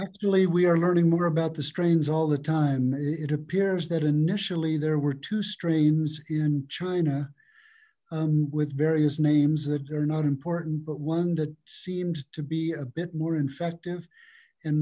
actually we are learning more about the strains all the time it appears that initially there were two strains in china with various names that are not important but one that seemed to be a bit more effective and